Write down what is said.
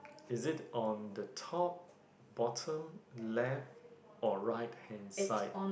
is it on the top bottom left or right hand side